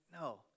No